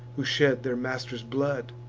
who shed their master's blood,